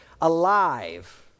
alive